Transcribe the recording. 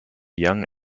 young